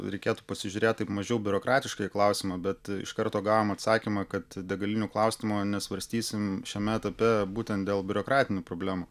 reikėtų pasižiūrėt taip mažiau biurokratiškai į klausimą bet iš karto gavom atsakymą kad degalinių klausimo nesvarstysim šiame etape būtent dėl biurokratinių problemų